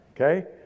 okay